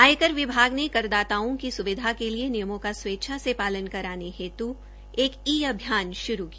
आयकर विभाग ने करदाताओं की सुविधा के लिए नियमों का स्वेच्छा से पालन कराने हेतु एक ई अभियान शुरू किया